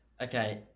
Okay